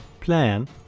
plan